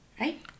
right